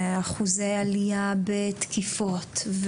אחוזי עלייה בתקיפות,